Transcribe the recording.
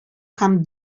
һәм